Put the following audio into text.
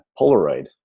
Polaroid